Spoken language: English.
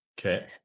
Okay